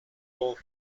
all